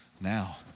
Now